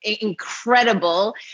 incredible